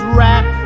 rap